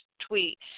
tweet